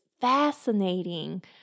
fascinating